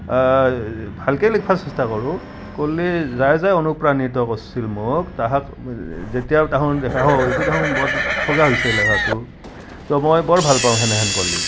ভালকেই লিখিবৰ চেষ্টা কৰোঁ কৰলে যাৰ যাৰ অনুপ্ৰাণিত কৰিছিল মোক তাহাক যেতিয়াও তহাক দেখা হয় এইটো দেখোন বৰ ঠগা হৈছে লেখাটো তো মই বৰ ভাল পাওঁ সেনেহেন ক'লে